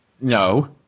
No